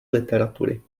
literatury